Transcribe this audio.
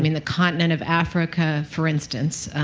i mean the continent of africa, for instance,